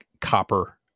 copper